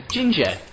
Ginger